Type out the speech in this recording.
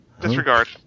Disregard